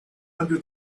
under